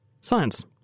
Science